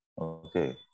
Okay